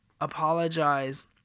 apologize